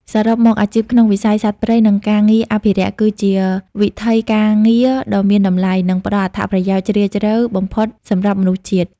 សរុបមក អាជីពក្នុងវិស័យសត្វព្រៃ និងការងារអភិរក្ស គឺជាវិថីការងារដ៏មានតម្លៃ និងផ្តល់អត្ថន័យជ្រាលជ្រៅបំផុតសម្រាប់មនុស្សជាតិ។